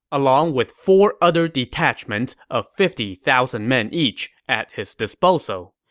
along with four other detachments of fifty thousand men each at his disposal.